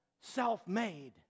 self-made